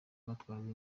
batwaraga